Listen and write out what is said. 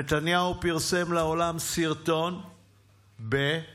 נתניהו פרסם לעולם סרטון באנגלית